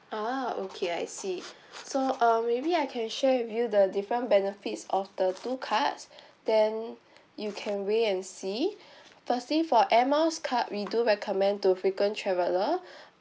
oh okay I see so um maybe I can share with you the different benefits of the two cards then you can weigh and see firstly for air miles card we do recommend to frequent traveller